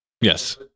Yes